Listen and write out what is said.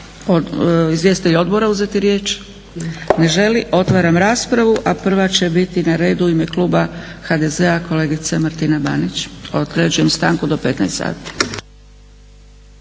izvjestitelji odbora uzeti riječ? Ne želi. Otvaram raspravu, a prva će biti na redu u ime kluba HDZ-a, kolegica Martina Banić. Određujem stanku do 15